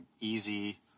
easy